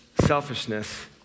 selfishness